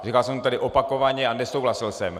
Říkal jsem to tady opakovaně a nesouhlasil jsem.